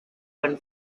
been